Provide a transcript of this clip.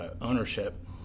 ownership